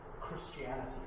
Christianity